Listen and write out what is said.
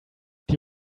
die